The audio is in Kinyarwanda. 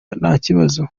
ntakibazo